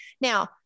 Now